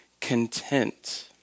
content